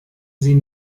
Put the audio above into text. sie